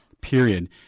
period